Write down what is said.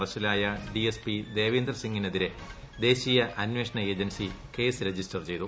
അറസ്റ്റിലായ D S Devinder P സിംഗിനെതിരെ ദേശീയ അന്വേഷണ ഏജൻസി കേസ് രജിസ്റ്റർ ചെയ്തു